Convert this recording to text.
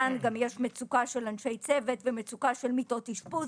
יש גם מצוקה של אנשי צוות ומצוקה של מיטות אשפוז.